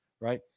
Right